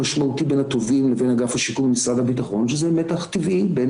משמעותיים יותר כלפי רעיון שהעלה אותו ד"ר